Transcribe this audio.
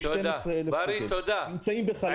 עם 12,000 שקלים שנמצאים בחל"ת.